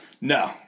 no